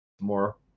more